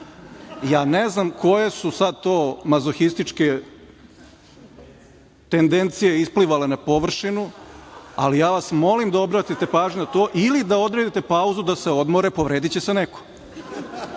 ne znam koje su sada to mazohističke tendencije isplivale na površinu, ali ja vas molim da obratite pažnju na to ili da odredite pauzu i da se odmore, povrediće se